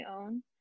own